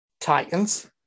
Titans